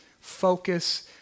focus